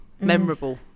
memorable